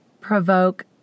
provoke